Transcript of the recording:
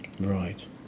Right